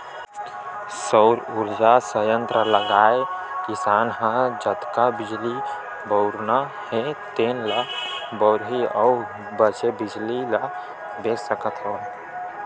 सउर उरजा संयत्र लगाए किसान ह जतका बिजली बउरना हे तेन ल बउरही अउ बाचे बिजली ल बेच सकत हवय